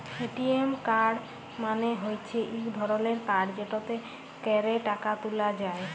ATM card মালে হচ্যে ইক ধরলের কাড় যেটতে ক্যরে টাকা ত্যুলা যায়